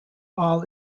all